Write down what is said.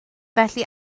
felly